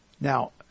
now